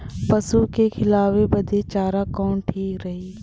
पशु के खिलावे बदे चारा कवन ठीक रही?